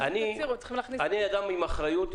אדם עם אחריות.